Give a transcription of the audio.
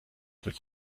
mit